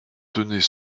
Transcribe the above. tenait